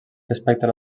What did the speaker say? respecte